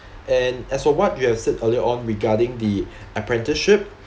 and as for what you have said earlier on regarding the apprenticeship